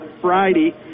Friday